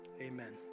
amen